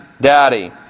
daddy